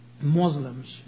Muslims